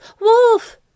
Wolf